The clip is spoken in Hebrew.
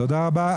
תודה רבה.